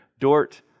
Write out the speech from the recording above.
Dort